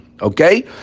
Okay